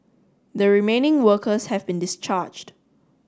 the remaining workers have been discharged